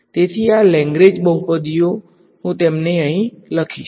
તેથી આ લેગ્રેન્જ બહુપદીઓ હું તેમને અહીં લખીશ